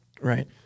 Right